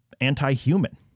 anti-human